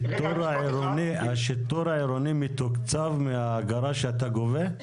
השיטור העירוני מתוקצב מהאגרה שאתה גובה?